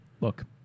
Look